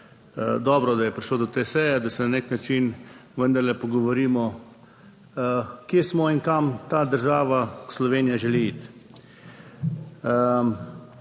dobro, da je prišlo do te seje, da se na nek način vendarle pogovorimo kje smo in kam ta država Slovenija želi iti.